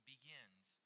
begins